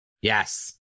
Yes